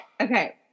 Okay